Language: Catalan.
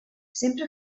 sempre